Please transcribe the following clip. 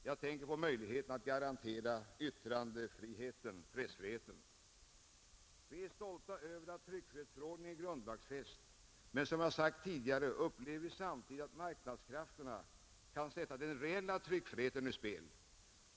Jag tänker på möjligheterna att garantera yttrandefriheten — pressfriheten. Vi är stolta över att tryckfrihetsförordningen är grundlagsfäst, men som jag sagt tidigare upplever vi samtidigt att marknadskrafterna kan sätta den reella tryckfriheten ur spel.